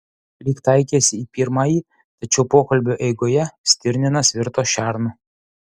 lyg taikėsi į pirmąjį tačiau pokalbio eigoje stirninas virto šernu